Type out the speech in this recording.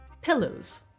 pillows